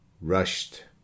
rushed